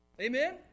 Amen